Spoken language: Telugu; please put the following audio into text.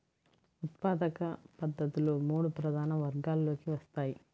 ఉత్పాదక పద్ధతులు మూడు ప్రధాన వర్గాలలోకి వస్తాయి